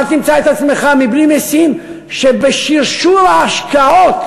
מחר תמצא את עצמך מבלי משים שבשרשור ההשקעות